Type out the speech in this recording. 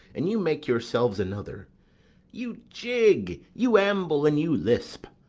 and you make yourselves another you jig, you amble, and you lisp,